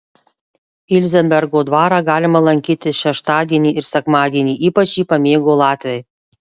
ilzenbergo dvarą galima lankyti šeštadienį ir sekmadienį ypač jį pamėgo latviai